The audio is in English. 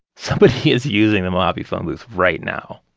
somebody is using the mojave phone booth right now.